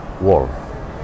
war